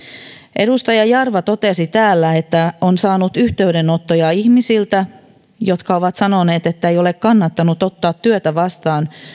edustaja jarva totesi täällä että on saanut yhteydenottoja ihmisiltä jotka ovat sanoneet että ei ole kannattanut ottaa työtä vastaan